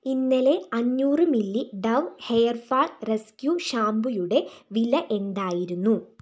ഇന്നലെ അഞ്ഞൂറ് milli Dove hair fall rescue ഷാംപൂയുടെ വില എന്തായിരുന്നു